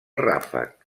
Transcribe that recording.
ràfec